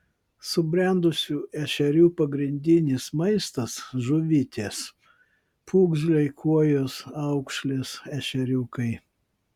subrendusių ešerių pagrindinis maistas žuvytės pūgžliai kuojos aukšlės ešeriukai